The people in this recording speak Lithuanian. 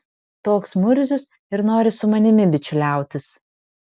toks murzius ir nori su manimi bičiuliautis